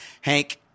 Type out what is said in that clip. Hank